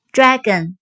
Dragon